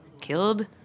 killed